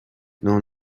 known